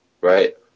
right